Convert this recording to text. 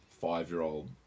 five-year-old